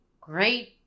great